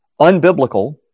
unbiblical